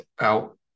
out